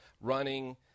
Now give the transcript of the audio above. running